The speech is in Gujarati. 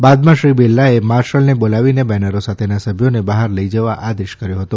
બાદમાં શ્રી બિરલાએ માર્શલને બોલાવીને બેનરો સાથેના સભ્યોને બહાર લઇ જવા આદેશ કર્યો હતો